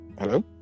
hello